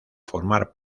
formar